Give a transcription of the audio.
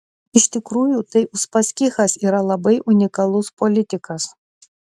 iš tikrųjų tai uspaskichas yra labai unikalus politikas